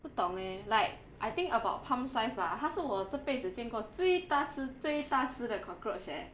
不懂 eh like I think about palm size bah 它是我这辈子见过最大只最大只的 cockroach eh